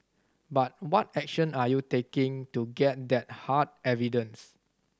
but what action are you taking to get that hard evidence